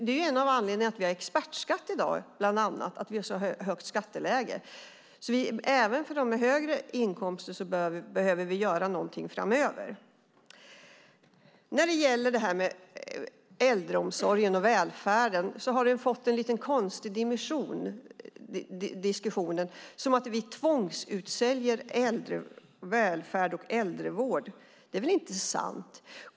Att vi i dag har en expertskatt beror bland annat på att vi har ett så högt skatteläge. Även för dem med högre inkomster behöver vi göra något framöver. När det gäller äldreomsorgen och välfärden har diskussionen fått en lite konstig dimension. Det är som att vi tvångsutsäljer välfärd och äldrevård. Det är väl inte sant!